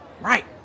Right